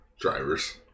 Drivers